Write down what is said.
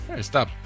stop